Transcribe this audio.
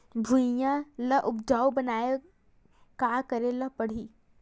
भुइयां ल उपजाऊ बनाये का करे ल पड़ही?